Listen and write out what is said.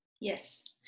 Yes